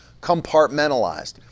compartmentalized